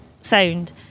sound